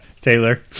Taylor